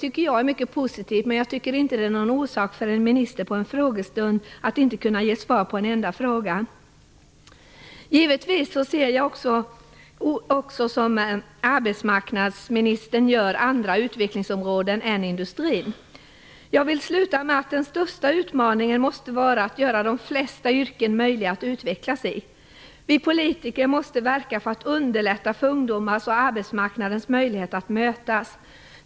Det är i sig mycket positivt, men jag tycker inte att det är ett tillräckligt skäl för att en minister i en frågestund inte skall kunna ge svar på en enda fråga. Givetvis ser jag också, som arbetsmarknadsministern gör, andra utvecklingsområden än industrin. Jag vill avsluta med att säga att den största utmaningen måste vara att göra de flesta yrken möjliga att utvecklas i. Vi politiker måste verka för att underlätta ungdomars och arbetsmarknadens möjligheter att mötas.